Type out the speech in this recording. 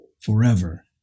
forever